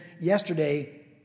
yesterday